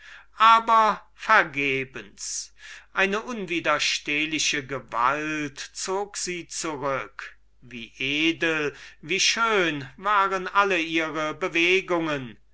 aber vergeblich eine unwiderstehliche gewalt zog sie zurück wie edel wie schön waren ihre bewegungen